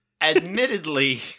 Admittedly